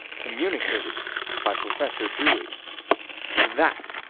communicated by professor dewey that,